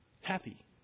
happy